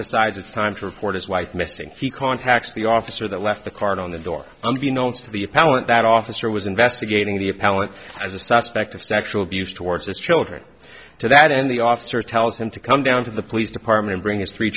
decides it's time to report his wife missing he contacts the officer that left the card on the door unbeknown to the appellant that officer was investigating the appellant as a suspect of sexual abuse towards his children to that end the officer tells him to come down to the police department bring his three